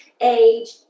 age